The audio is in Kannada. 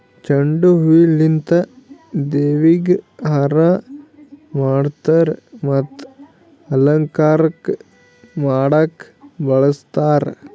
ಚೆಂಡು ಹೂವಿಲಿಂತ್ ದೇವ್ರಿಗ್ ಹಾರಾ ಮಾಡ್ತರ್ ಮತ್ತ್ ಅಲಂಕಾರಕ್ಕ್ ಮಾಡಕ್ಕ್ ಬಳಸ್ತಾರ್